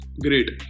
Great